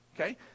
Okay